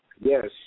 Yes